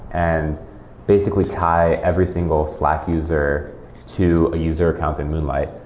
and basically tie every single slack user to a user account in moonlight.